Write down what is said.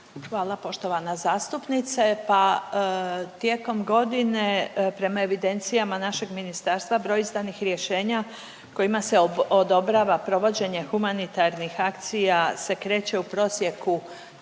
Hvala poštovana zastupnice. Pa tijekom godine prema evidencijama našeg ministarstva broj izdanih rješenja kojima se odobrava provođenje humanitarnih akcija se kreće u prosjeku